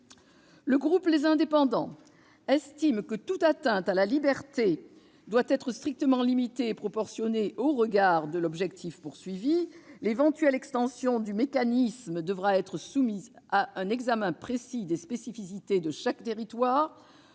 Le groupe Les Indépendants estime que toute atteinte à la liberté doit être strictement limitée et proportionnée au regard de l'objectif visé. L'éventuelle extension du mécanisme devra donc être soumise à un examen précis des spécificités de chaque territoire.